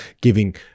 giving